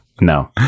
No